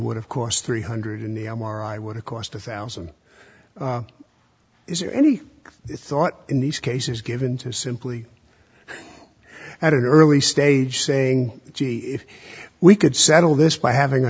would of course three hundred in the m r i would have cost a thousand is there any thought in these cases given to simply at an early stage saying gee if we could settle this by having a